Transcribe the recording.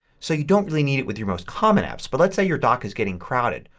so you don't really need it with your most common apps. but let's say your dock is getting crowded.